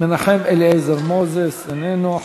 מנחם אליעזר מוזס, איננו.